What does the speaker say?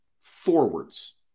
forwards